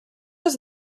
was